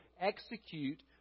execute